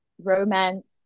romance